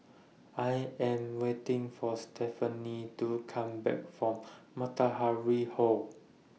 I Am waiting For Stephany to Come Back from Matahari Hall